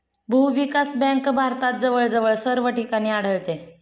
भूविकास बँक भारतात जवळजवळ सर्व ठिकाणी आढळते